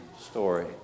story